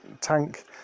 tank